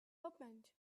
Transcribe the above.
opened